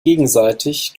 gegenseitig